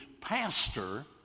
pastor